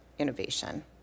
innovation